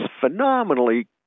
phenomenally